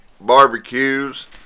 barbecues